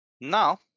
Now